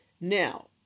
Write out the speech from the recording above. Now